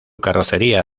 carrocería